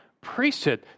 priesthood